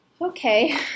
Okay